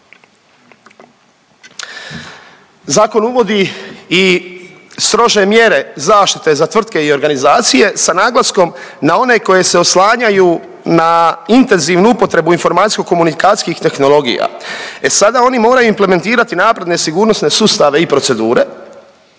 Zakon uvodi i strože mjere zaštite za tvrtke i organizacije sa naglaskom na one koje se oslanjaju na intenzivnu upotrebu informacijsko-komunikacijskih tehnologija. E sada oni moraju implementirati napredne sigurnosne sustave i procedure